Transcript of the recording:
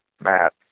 Matt